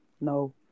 No